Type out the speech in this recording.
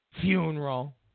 funeral